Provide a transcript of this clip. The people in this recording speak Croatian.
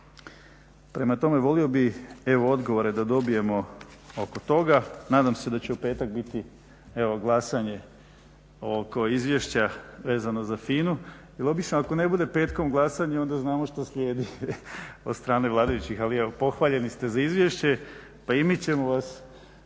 prema tome volio bih evo odgovore da dobijemo oko toga. Nadam se da će u petak biti glasanje oko izvješća vezano za FINA-u jer obično ako ne bude petkom glasanje onda znamo šta slijedi od strane vladajućih ali evo pohvaljeni ste za izvješće pa i mi ćemo vas